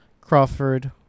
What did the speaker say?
Crawford